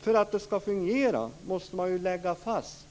För att det ska fungera måste man lägga fast